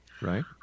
Right